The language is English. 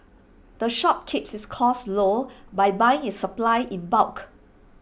the shop keeps its costs low by buying its supplies in bulk